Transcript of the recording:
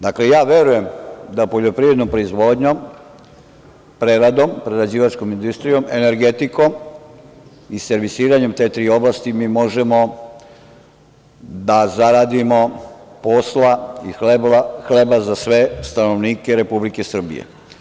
Dakle, ja verujem da poljoprivrednom proizvodnjom, preradom, prerađivačkom industrijom, energetikom i servisiranjem te tri oblasti mi možemo da zaradimo posla i hleba za sve stanovnike Republike Srbije.